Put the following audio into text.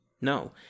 No